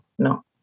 No